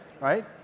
right